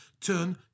turn